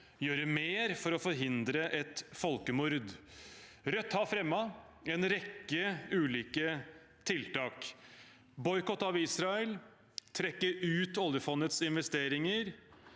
gjøre mer for å forhindre et folkemord. Rødt har fremmet en rekke ulike tiltak: boikott av Israel, å trekke ut oljefondets investeringer,